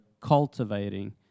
cultivating